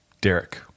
Derek